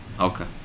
Okay